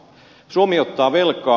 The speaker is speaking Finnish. suomi ottaa velkaa